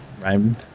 rhymed